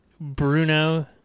Bruno